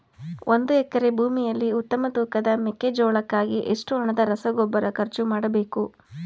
ಒಂದು ಎಕರೆ ಭೂಮಿಯಲ್ಲಿ ಉತ್ತಮ ತೂಕದ ಮೆಕ್ಕೆಜೋಳಕ್ಕಾಗಿ ಎಷ್ಟು ಹಣದ ರಸಗೊಬ್ಬರ ಖರ್ಚು ಮಾಡಬೇಕು?